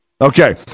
okay